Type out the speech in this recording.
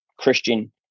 Christian